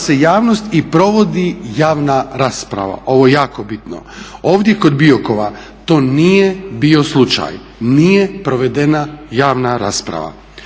se javnost i provodi javna rasprava. Ovo je jako bitno. Ovdje kod Biokova to nije bio slučaj, nije provedena javna rasprava.